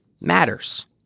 matters